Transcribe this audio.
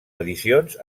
edicions